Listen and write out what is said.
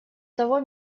того